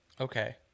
Okay